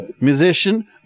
musician